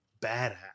badass